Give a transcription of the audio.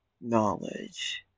knowledge